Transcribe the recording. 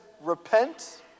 repent